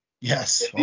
Yes